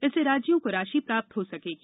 इससे राज्यों को राशि प्राप्त हो सकेगी